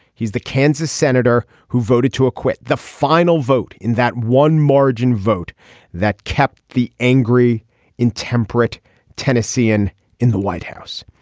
he's the kansas senator who voted to acquit. the final vote in that one margin vote that kept the angry intemperate tennessean in the white house.